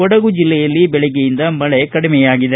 ಕೊಡಗು ಜಿಲ್ಲೆಯಲ್ಲಿ ಬೆಳಗ್ಗೆಯಿಂದ ಮಳೆ ಕಡಿಮೆಯಾಗಿದೆ